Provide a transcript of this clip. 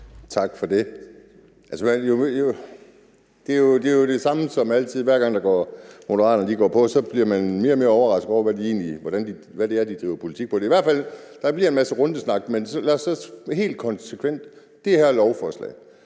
Tak for det. Det er jo det samme som altid: Hver gang Moderaterne går på talerstolen, bliver man mere og mere overrasket over, hvad det er, de driver politik på. Der bliver i hvert fald en masse rundesnak. Men lad os så være helt konkrete: